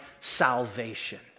salvation